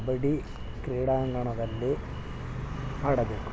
ಕಬಡ್ಡಿ ಕ್ರೀಡಾಂಗಣದಲ್ಲಿ ಆಡಬೇಕು